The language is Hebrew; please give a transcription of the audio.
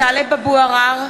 בשמות חברי הכנסת) טלב אבו עראר,